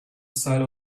side